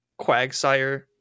quagsire